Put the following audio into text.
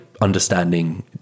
understanding